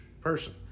person